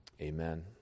Amen